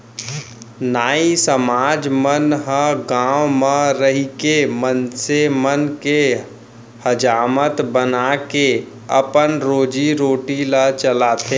नाई समाज मन ह गाँव म रहिके मनसे मन के हजामत बनाके अपन रोजी रोटी ल चलाथे